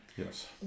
Yes